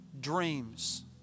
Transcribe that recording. dreams